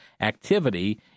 activity